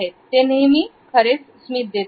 ते नेहमी खरेच स्मित देतात